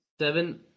Seven